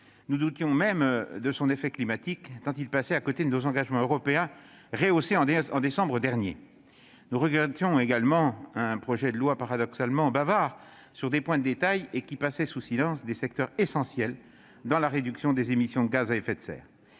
Nous doutions même de son effet climatique, tant il passait à côté de nos engagements européens rehaussés en décembre dernier. Nous regrettions aussi que ce projet de loi soit paradoxalement bavard sur des points de détail et muet sur des secteurs essentiels pour la réduction des émissions de gaz à effet de serre.